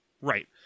Right